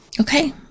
Okay